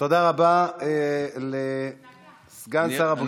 תודה רבה לסגן שר הבריאות.